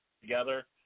Together